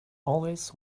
always